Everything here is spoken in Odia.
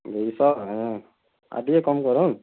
ଦୁଇଶହ ହଁ ଆଉ ଟିକେ କମ୍ କରୁନ୍